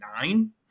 nine